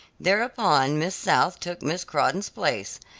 thereupon miss south took miss crawdon's place,